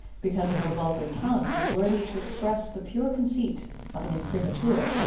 because no vulgar tongue was worthy to express the pure conceit of an imprimatur,